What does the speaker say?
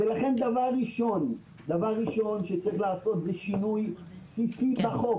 לכן דבר ראשון שצריך לעשות זה שינוי בסיסי בחוק